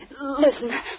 Listen